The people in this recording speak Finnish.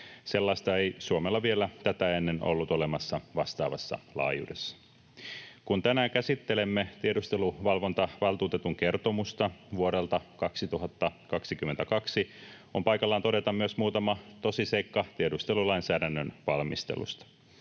Sellaista ei Suomella vielä tätä ennen ollut olemassa vastaavassa laajuudessa. Kun tänään käsittelemme tiedusteluvalvontavaltuutetun kertomusta vuodelta 2022, on paikallaan todeta myös muutama tosiseikka tiedustelulainsäädännön valmistelusta.